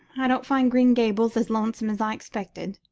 i don't find green gables as lonesome as i expected.